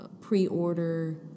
Pre-order